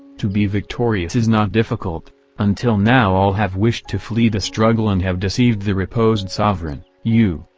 to be victorious is not difficult until now all have wished to flee the struggle and have deceived the reposed sovereign, you,